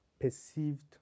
Perceived